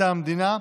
מטעם המדינה),